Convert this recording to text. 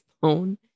phone